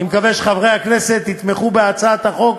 אני מקווה שחברי הכנסת יתמכו בהצעת החוק,